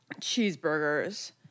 cheeseburgers